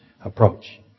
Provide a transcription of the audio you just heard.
approach